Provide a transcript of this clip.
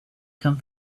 come